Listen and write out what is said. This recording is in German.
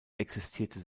existierte